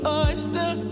oyster